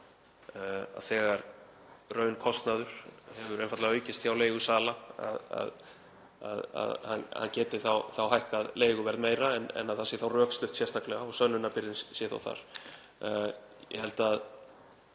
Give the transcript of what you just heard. þegar raunkostnaður hefur einfaldlega aukist hjá leigusala. Hann geti hækkað leiguverð meira en það sé þá rökstutt sérstaklega og að sönnunarbyrðin sé þar.